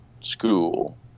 school